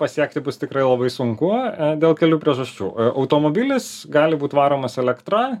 pasiekti bus tikrai labai sunku dėl kelių priežasčių automobilis gali būt varomas elektra